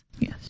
Yes